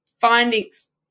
findings